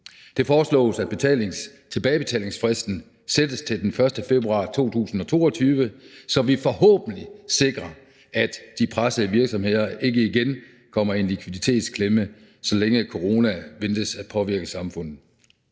Det foreslås, at tilbagebetalingsfristen sættes til den 1. februar 2022, så vi forhåbentlig sikrer, at de pressede virksomheder ikke igen kommer i en likviditetsklemme, så længe corona forventes at påvirke samfundet.